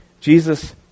Jesus